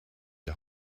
die